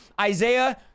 isaiah